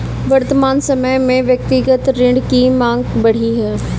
वर्तमान समय में व्यक्तिगत ऋण की माँग बढ़ी है